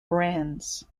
brands